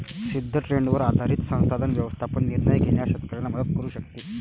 सिद्ध ट्रेंडवर आधारित संसाधन व्यवस्थापन निर्णय घेण्यास शेतकऱ्यांना मदत करू शकते